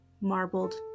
marbled